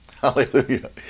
hallelujah